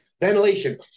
ventilation